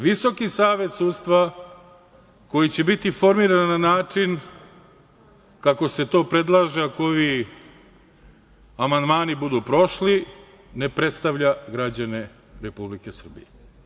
Visoki savet sudstva koji će biti formiran na način kako se to predlaže ako ovi amandmani budu prošli ne predstavlja građane Republike Srbije.